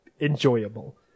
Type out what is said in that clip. enjoyable